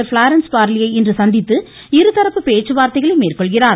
fluorescence பார்லியை இன்று சந்தித்து இருதரப்பு பேச்சுவார்த்தைகளை மேற்கொள்கிறார்